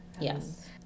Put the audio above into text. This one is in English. Yes